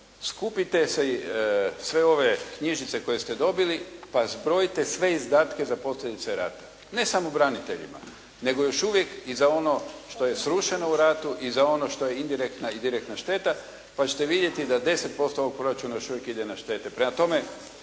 Skupite si sve ove knjižice koje ste dobili, pa zbrojite sve izdatke za posljedice rata. Ne samo braniteljima, nego još uvijek i za ono što je i srušeno u ratu i za ono što je indirektna i direktna šteta, pa ćete vidjeti da 10% ovog proračuna još uvijek ide na štete, na ratne